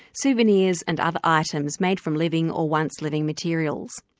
souvenirs and other items made from living or once living materials.